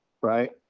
right